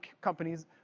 companies